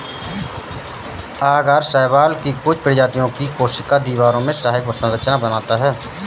आगर शैवाल की कुछ प्रजातियों की कोशिका दीवारों में सहायक संरचना बनाता है